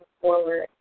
forward